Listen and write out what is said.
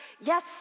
yes